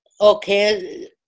okay